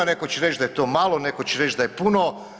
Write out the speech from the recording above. Netko će reći da je to malo, netko će reći da je puno.